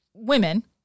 Women